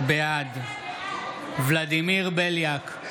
בעד ולדימיר בליאק,